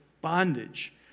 bondage